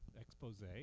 expose